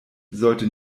sollte